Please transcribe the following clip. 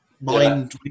mind